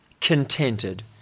contented